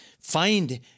find